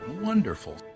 Wonderful